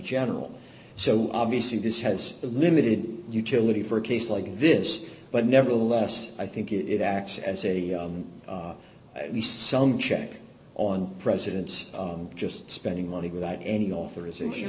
general so obviously this has limited utility for a case like this but nevertheless i think it acts as a at least some check on presidents just spending money without any authorization